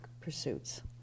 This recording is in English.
pursuits